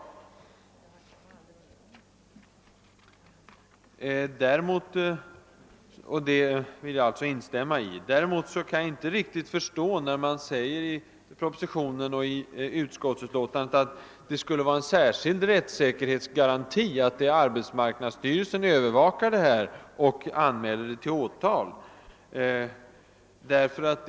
Det vill jag alltså instämmai. Däremot kan jag inte riktigt förstå alt man skriver i propositionen och utskottsutlåtandet att det skulle vara en särskild rättssäkerhetsgaranti att arbetsmarknadsstyrelsen övervakar efterlevnaden och anmäler överträdelser till åtal.